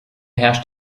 herrscht